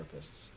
therapists